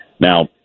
Now